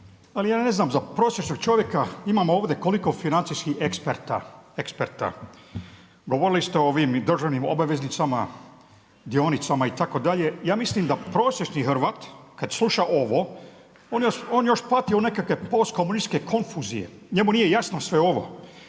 ali ja ne znam za prosječnog čovjeka imamo ovdje koliko financijskih eksperta. Govorili ste o ovim državnim obveznicama, dionicama itd. Ja mislim da prosječni Hrvat kad sluša ovo on još pati još od neke post komunističke konfuzije. Njemu nije jasno sve ovo.